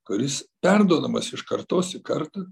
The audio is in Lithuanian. kuris perduodamas iš kartos į kartą